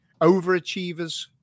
overachievers